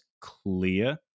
clear